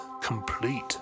complete